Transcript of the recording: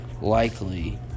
likely